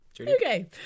Okay